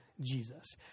Jesus